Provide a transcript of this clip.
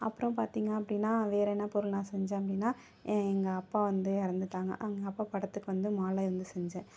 அப்புறம் பார்த்தீங்க அப்படின்னா வேறென்ன பொருள் நான் செஞ்சேன் அப்படின்னா என் எங்கள் அப்பா வந்து இறந்துட்டாங்க எங்கள் அப்பா படத்துக்கு வந்து மாலை வந்து செஞ்சேன்